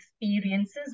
experiences